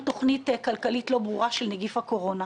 תכנית כלכלית לא ברורה של נגיף הקורונה.